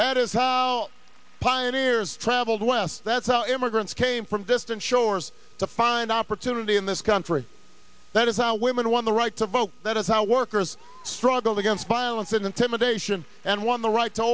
that is how pioneers traveled west that's how immigrants came from distant shores to find opportunity in this country that is how women won the right to vote that is how workers struggled against violence and intimidation and won the right to